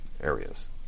areas